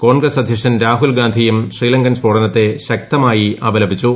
കോൺഗ്രസ്സ് അദ്ധ്യക്ഷൻ രാഹുൽ ഗാന്ധിയും ശ്രീലങ്കൻ സ്ഫോടനത്തെ ശക്തമായി അപലപിച്ചു